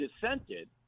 dissented